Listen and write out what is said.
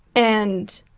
and,